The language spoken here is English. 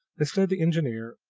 instead, the engineer